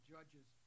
Judges